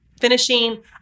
finishing